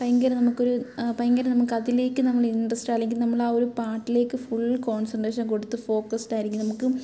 ഭയങ്കര നമുക്കൊര് ഭയങ്കര നമുക്കതിലേക്ക് നമ്മൾ ഇൻ്ററസ്റ്റ് അല്ലെങ്കിൽ നമ്മൾ ആ ഒരു പാട്ടിലേയ്ക്ക് ഫുൾ കോൺസൻട്രേഷൻ കൊടുത്ത് ഫോക്കസ്ഡ് ആയിരിക്കും നമുക്ക്